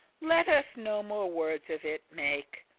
let us no more wordes of it make.